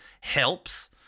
helps